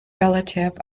relative